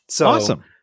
Awesome